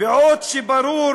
בעוד שברור